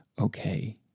okay